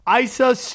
Isa